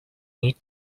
need